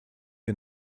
wir